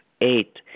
Eight